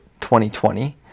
2020